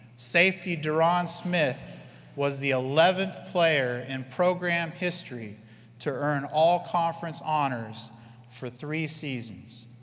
safety derron smith was the eleventh player in program history to earn all-conference honors for three seasons.